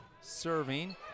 serving